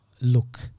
look